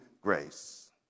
grace